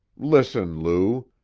listen, lou.